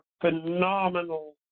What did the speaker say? phenomenal